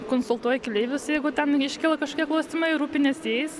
konsultuoji keleivius jeigu ten iškyla kažkokie klausimai rūpiniesi jais